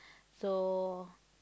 so